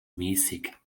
mäßig